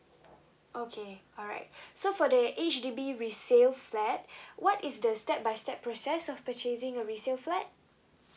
okay alright so for the H_D_B resale flat what is the step by step process of purchasing a resale flat